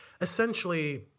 essentially